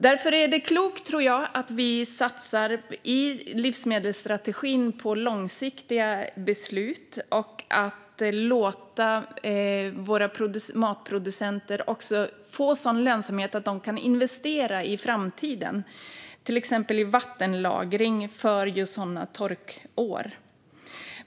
Därför tror jag att det är klokt att vi i livsmedelsstrategin satsar på långsiktiga beslut och låter våra matproducenter få en sådan lönsamhet att de kan investera i framtiden, till exempel i vattenlagring för år med torka.